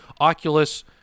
Oculus